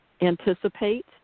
anticipate